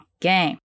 game